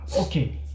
okay